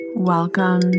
Welcome